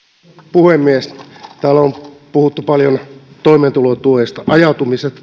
puhemies täällä on puhuttu paljon toimeentulotuesta ajautumisesta